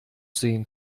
sehen